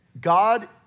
God